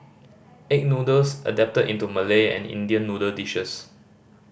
egg noodles adapted into Malay and Indian noodle dishes